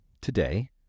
Today